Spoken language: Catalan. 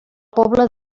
pobla